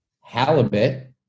halibut